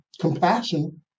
compassion